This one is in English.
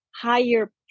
higher